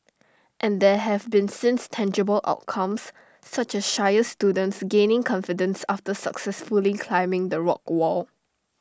and there have been since tangible outcomes such as shyer students gaining confidence after successfully climbing the rock wall